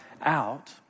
out